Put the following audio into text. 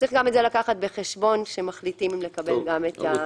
צריך לקחת גם את זה בחשבון אם מחליטים לקבל את החלק השני.